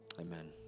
Amen